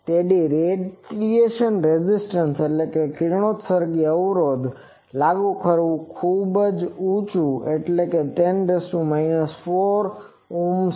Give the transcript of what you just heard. તેથી radiation resistance resistance કિરણોત્સર્ગ અવરોધ લાગુ કરવું ખૂબ ઊચું એટલે કે 10 4 છે